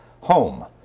home